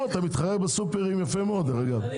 עכשיו